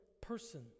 person